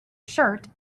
shirt